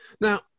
Now